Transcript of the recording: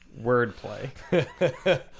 Wordplay